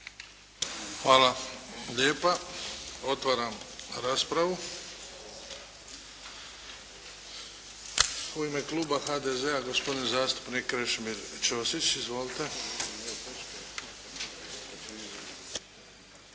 Hvala lijepa. Otvaram raspravu. U ime Kluba HDZ-a gospodin zastupnik Krešimir Ćosić. Izvolite.